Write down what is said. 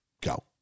go